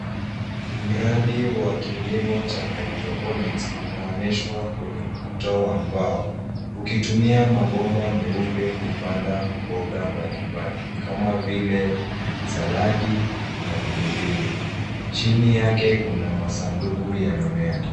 Mradi wa kilimo cha hydroponics umeonyeshwa kwenye ukuta wa mbao ukitumia mabomba meupe kupanda mboga mbalimbali kama vile saladi na pilipili. Chini yake kuna masanduku ya mimea.